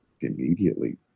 immediately